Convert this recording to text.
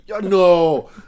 No